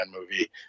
movie